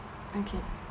okay